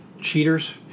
cheaters